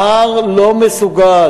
ההר לא מסוגל,